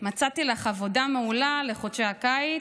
מצאתי לך עבודה מעולה לחודשי הקיץ,